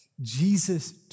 Jesus